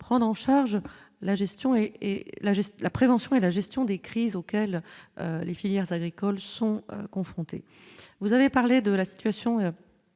et la gestion, la prévention et la gestion des crises auxquelles les filières agricoles sont confrontés, vous avez parlé de la situation